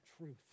truth